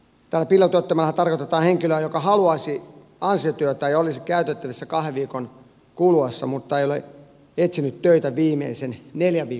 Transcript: tällä piilotyöttömällähän tarkoitetaan henkilöä joka haluaisi ansiotyötä ja olisi käytettävissä kahden viikon kuluessa mutta ei ole etsinyt töitä viimeisen neljän viikon aikana